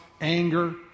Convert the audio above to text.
anger